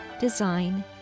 Design